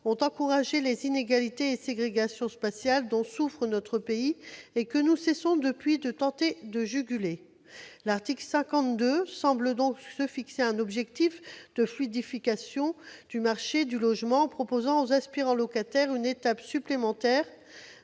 ont encouragé les inégalités et ségrégations spatiales, dont souffre notre pays et que nous cessons, depuis, de tenter de juguler. Cet article semble donc se fixer un objectif de « fluidification » du marché du logement, en proposant aux aspirants locataires une étape supplémentaire